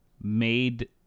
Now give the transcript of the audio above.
made